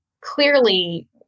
clearly